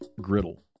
griddle